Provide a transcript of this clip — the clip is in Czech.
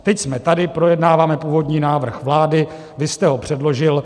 Teď jsme tady, projednáváme původní návrh vlády, vy jste ho předložil.